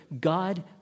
God